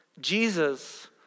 Jesus